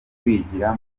kwigira